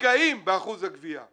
מתגאים באחוז הגבייה.